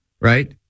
right